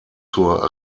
zur